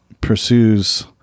pursues